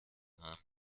haben